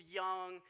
young